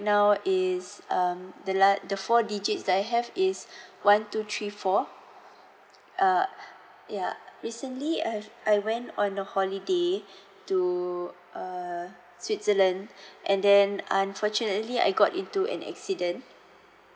now is um the las~ the four digits that I have is one two three four uh ya recently I have I went on a holiday to uh switzerland and then unfortunately I got into an accident